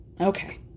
Okay